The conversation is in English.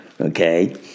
Okay